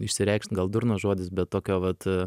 išsireikšt gal durnas žodis bet tokio vat